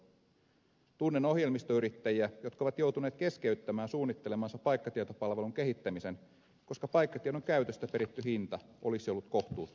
tunnen ohjelmistoyrittäjiä jotka ovat joutuneet keskeyttämään suunnittelemansa paikkatietopalvelun kehittämisen koska paikkatiedon käytöstä peritty hinta olisi ollut kohtuuttoman suuri